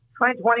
2020